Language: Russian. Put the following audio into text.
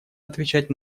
отвечать